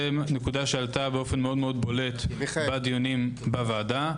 זה נקודה שעלתה באופן מאוד בולט בדיונים בוועדה,